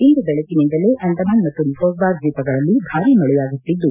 ಇಂದು ಬೆಳಿಗ್ಗಿನಿಂದಲೇ ಅಂಡಮಾನ ಮತ್ತು ನಿಕೋಬಾರ್ ದ್ವೀಪಗಳಲ್ಲಿ ಭಾರಿ ಮಳೆಯಾಗುತ್ತಿದ್ದು